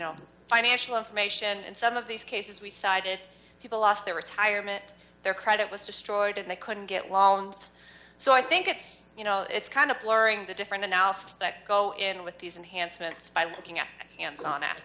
know financial information and some of these cases we decided people lost their retirement their credit was destroyed and they couldn't get loans so i think it's you know it's kind of blurring the different analysis that go in with these enhanced minutes by looking at hands on